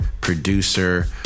producer